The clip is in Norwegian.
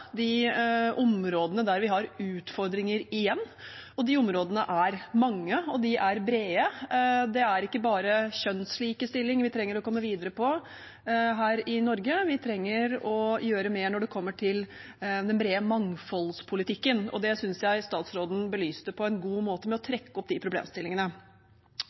de områdene der vi har utfordringer igjen. De områdene er mange, og de er brede. Det er ikke bare kjønnslikestilling vi trenger å komme videre med her i Norge, vi trenger å gjøre mer når det kommer til den brede mangfoldspolitikken, og det synes jeg statsråden belyste på en god måte ved å trekke opp de problemstillingene.